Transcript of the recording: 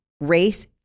race